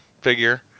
figure